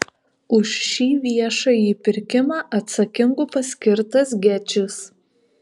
už šį viešąjį pirkimą atsakingu paskirtas gečis